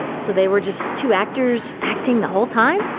so they were just two actors, acting the whole time?